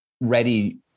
ready